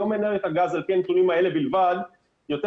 היום ערך הגז על פי הנתונים האלה בלבד יותר